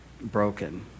broken